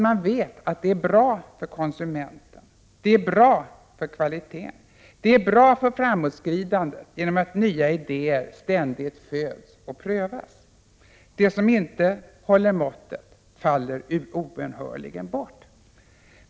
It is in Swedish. Man vet att det är bra för konsumenten, för kvaliteten och för framåtskridandet, att nya idéer ständigt föds och prövas. Det som inte håller måttet faller obönhörligen bort.